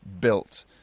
built